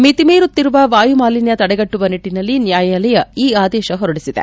ಮಿತಿ ಮೀರುತ್ತಿರುವ ವಾಯುಮಾಲಿನ್ಯ ತಡೆಗಟ್ಟುವ ನಿಟ್ಟಿನಲ್ಲಿ ನ್ಯಾಯಾಲಯ ಈ ಆದೇಶ ಹೊರಡಿಸಿದೆ